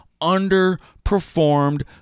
underperformed